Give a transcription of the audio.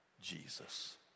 Jesus